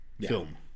film